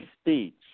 speech